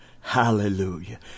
Hallelujah